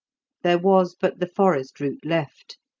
there was but the forest route left,